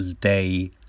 day